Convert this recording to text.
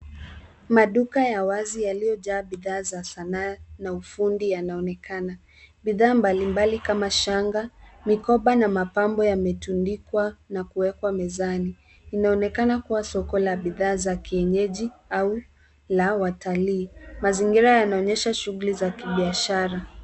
Maduka ya wazi yaliyo jaa bidhaa za Sanaa na ufundi yanaonekana. Bidhaa mbali mbali kama shanga, mikoba na mapambo yametundikwa na kuwekwa mezani. Linaonekana kuwa soko la bidhaa za kienyeji au la watalii. Mazingira yanaonyesha shughuli za biashara.